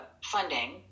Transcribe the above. funding